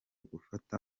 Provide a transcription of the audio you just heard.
gufata